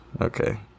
Okay